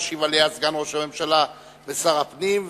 וישיב עליה סגן ראש הממשלה ושר הפנים.